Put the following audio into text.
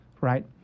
right